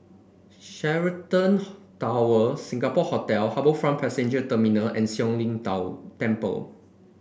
Sheraton Tower Singapore Hotel HarbourFront Passenger Terminal and Siong Lim Temple